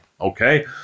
okay